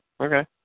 Okay